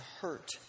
hurt